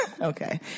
Okay